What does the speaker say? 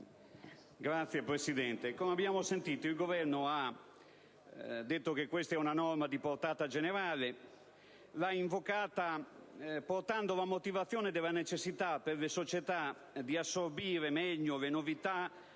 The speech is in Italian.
come abbiamo ascoltato, il Governo ha detto che questa è una norma di portata generale; l'ha invocata con la motivazione della necessità per le società di assorbire meglio le novità